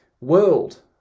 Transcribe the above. world